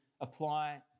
apply